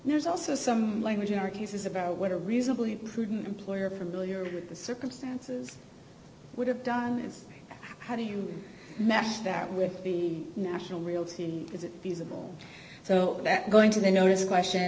and there's also some language in our cases about what a reasonably prudent employer familiar with the circumstances would have done and how do you mesh that with the national realty is it feasible so that going to the node is a question